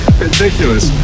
ridiculous